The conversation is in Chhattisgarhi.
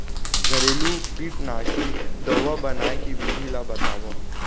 घरेलू कीटनाशी दवा बनाए के विधि ला बतावव?